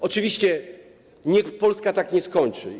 Oczywiście niech Polska tak nie skończy.